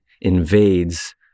invades